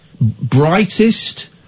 brightest